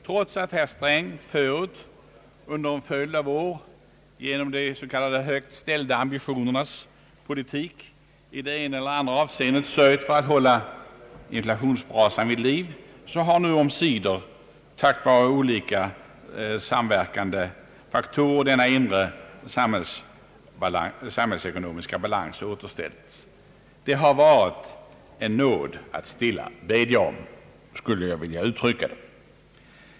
Trots att herr Sträng tidigare under en följd av år genom de s.k. högt ställda ambitionernas politik i det ena och det andra avseendet hållit inflationsbrasan vid liv, har nu omsider tack vare olika samverkande faktorer den inre samhällsekonomiska <:balansen = återställts. Jag skulle vilja säga att det har varit en nåd att stilla bedja om.